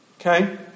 Okay